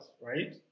right